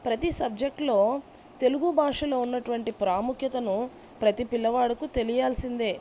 ప్రతీ సబ్జెక్టులో తెలుగు భాషలో ఉన్నటువంటి ప్రాముఖ్యతను ప్రతీ పిల్లవాడికి తెలియాల్సిందే